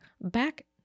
back